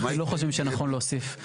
אנחנו לא חושבים שנכון להוסיף.